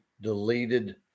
deleted